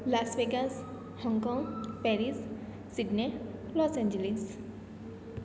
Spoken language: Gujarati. Las Vegas Hong Kong Paris Sydney Los Angeles